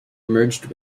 merged